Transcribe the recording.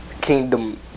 Kingdom